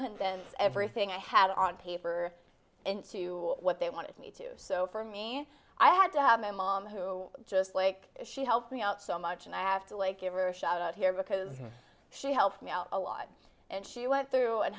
condense everything i had on paper and to what they wanted me to so for me i had to have my mom who just like she helped me out so much and i have to like ever shout out here because she helped me out a lot and she went through and